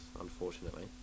unfortunately